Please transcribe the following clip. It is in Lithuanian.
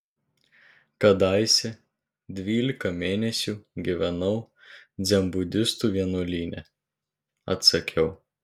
kadaise dvylika mėnesių gyvenau dzenbudistų vienuolyne atsakiau